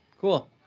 cool